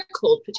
cold